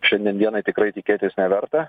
šiandien dienai tikrai tikėtis neverta